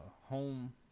home